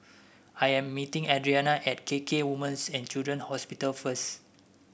I am meeting Adrianna at K K Women's and Children's Hospital first